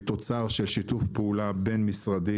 היא תוצר של שיתוף פעולה בין-משרדי